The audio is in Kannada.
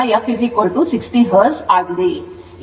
ಈ ಎಲ್ಲಾ ಉತ್ತರಗಳನ್ನು ನೀಡಲಾಗಿದೆ